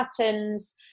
patterns